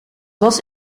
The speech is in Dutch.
was